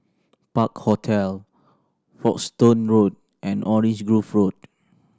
Park Hotel Folkestone Road and Orange Grove Road